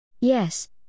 Yes